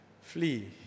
Flee